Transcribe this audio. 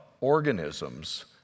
organisms